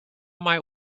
might